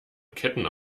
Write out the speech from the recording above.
ketten